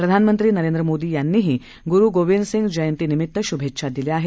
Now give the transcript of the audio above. प्रधानमंत्रीनरेन्द्रमोदीयांनीही गुरूगोबिन्दसिंहजयन्तीनिमित्त शुभेच्छादिल्या आहेत